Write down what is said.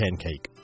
pancake